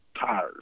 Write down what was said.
tires